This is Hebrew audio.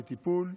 בטיפול.